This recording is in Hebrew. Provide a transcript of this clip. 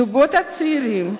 זוגות צעירים,